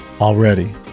already